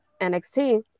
NXT